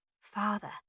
Father